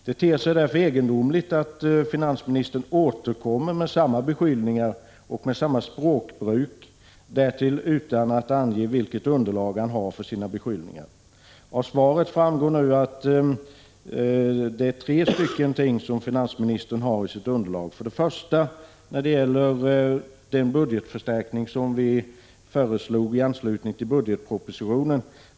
Det ter sig därför egendomligt att finansministern återkommer med samma beskyllningar och med samma språkbruk, därtill utan att ange vilket underlag han har för sina beskyllningar. Av svaret framgår att det är tre ting som finansministern har i sitt underlag. Det gäller först och främst den budgetförstärkning som vi föreslog i anslutning till budgetpropositionen.